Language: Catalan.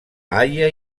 haia